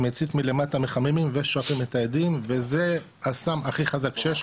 עם מצית מלמטה מחממים ושואפים את האדים וזה הסם הכי חזק שיש,